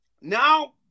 Now